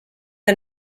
the